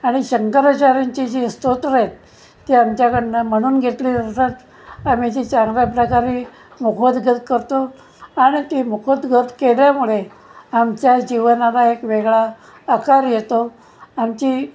आणि शंकराचार्यांची जी स्त्रोत्रं आहेत ती आमच्याकडनं म्हणून घेतले जातात आम्ही ते चांगल्याप्रकारे मुखोदगत करतो आणि ती मुखोदगत केल्यामुळे आमच्या जीवनाला एक वेगळा आकार येतो आमची